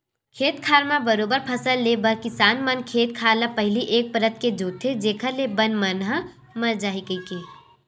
खेत खार म बरोबर फसल ले बर किसान मन खेत खार ल पहिली एक परत के जोंतथे जेखर ले बन मन ह मर जाही कहिके